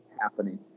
happening